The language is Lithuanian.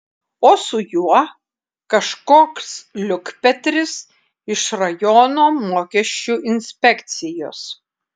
o su juo kažkoks liukpetris iš rajono mokesčių inspekcijos